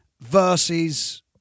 Versus